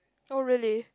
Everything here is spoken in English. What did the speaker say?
oh really